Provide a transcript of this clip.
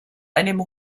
einem